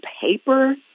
paper